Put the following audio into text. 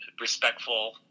respectful